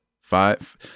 five